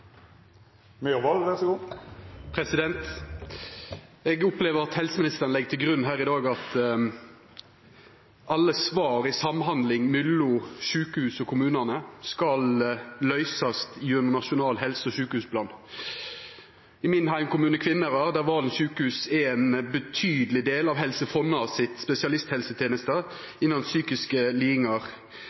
dag at alle svar i samhandlinga mellom sjukehus og kommunane skal løysast gjennom nasjonal helse- og sjukehusplan. I min heimkommune, Kvinnherad, der Valen sjukehus er ein betydeleg del av Helse Fonnas spesialisthelsetenester innan psykiske lidingar,